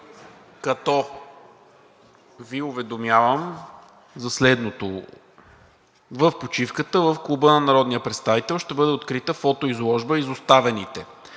като Ви уведомявам за следното: В почивката в Клуба на народния представител ще бъде открита фотоизложба „Изоставените“.